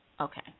Okay